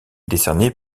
décerné